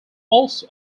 also